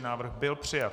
Návrh byl přijat.